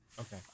Okay